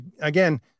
again